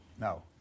no